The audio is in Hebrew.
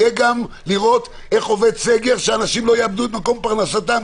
יהיה גם לראות איך עובד סגר שאנשים לא יאבדו את מקור פרנסתם,